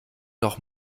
noch